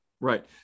Right